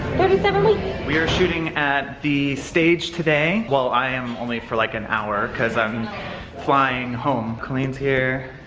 thirty seven weeks! we are shooting at the stage today. well, i am only for like an hour cause i'm flying home. colleen's here.